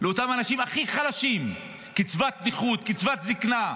לאותם אנשים הכי חלשים: קצבת נכות, קצבת זקנה,